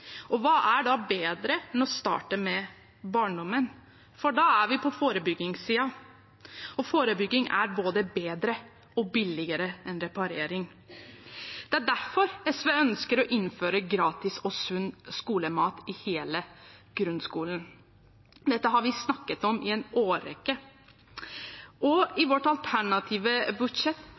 utviklingen. Hva er da bedre enn å starte med barndommen, for da er vi på forebyggingssiden, og forebygging er både bedre og billigere enn reparering. Det er derfor SV ønsker å innføre gratis og sunn skolemat i hele grunnskolen. Dette har vi snakket om i en årrekke, og i vårt alternative budsjett